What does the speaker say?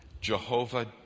Jehovah